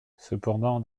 cependant